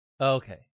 Okay